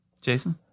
Jason